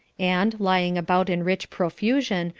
and, lying about in rich profusion,